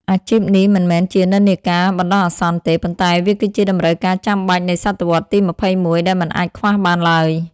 អាជីពនេះមិនមែនជានិន្នាការបណ្ដោះអាសន្នទេ ប៉ុន្តែវាគឺជាតម្រូវការចាំបាច់នៃសតវត្សរ៍ទី ២១ ដែលមិនអាចខ្វះបានឡើយ។